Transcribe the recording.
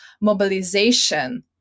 mobilization